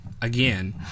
again